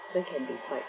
so can decide